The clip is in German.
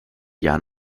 jahr